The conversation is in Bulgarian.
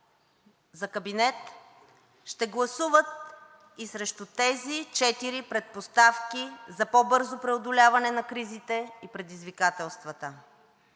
за кабинет, ще гласуват и срещу тези четири предпоставки за по-бързо преодоляване на кризите и предизвикателствата.